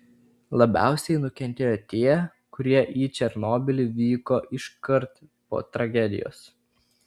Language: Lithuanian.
labiausiai nukentėjo tie kurie į černobylį vyko iškart po tragedijos